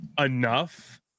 enough